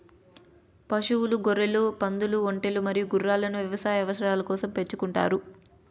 పశువులు, గొర్రెలు, పందులు, ఒంటెలు మరియు గుర్రాలను వ్యవసాయ అవసరాల కోసం పెంచుకుంటారు